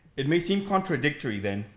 it may seem contradictory then,